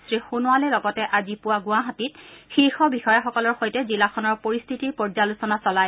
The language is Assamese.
শ্ৰীসোণোৱালে লগতে আজি পুৱা গুৱাহাটীত শীৰ্ষ বিষয়াসকলৰ সৈতে জিলাখনৰ পৰিস্থিতিৰ পৰ্যালোচনা চলায়